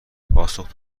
پاسخ